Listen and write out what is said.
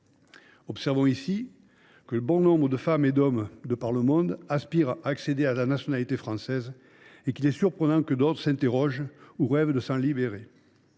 Observons ici que bon nombre de femmes et d’hommes de par le monde aspirent à accéder à la nationalité française, et qu’il est surprenant que d’autres s’interrogent sur celle ci ou rêvent de s’en libérer